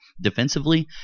defensively